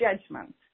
judgment